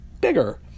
bigger